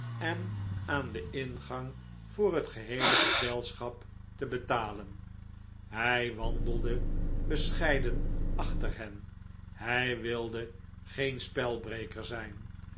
en aan den ingang voor het geheele gezelschap te betalen hij wandelde bescheiden achter hen hij wilde geen spelbreker zijn